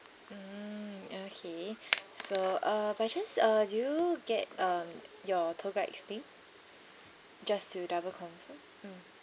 mm okay so uh but just uh do you get um your tour guide's thing just to double confirm mm